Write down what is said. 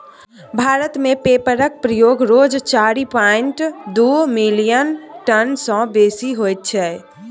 भारत मे पेपरक प्रयोग रोज चारि पांइट दु मिलियन टन सँ बेसी होइ छै